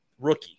rookie